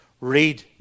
read